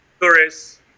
tourists